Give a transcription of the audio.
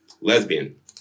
Lesbian